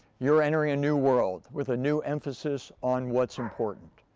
you're entering a new world with a new emphasis on what's important.